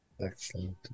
Excellent